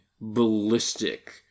ballistic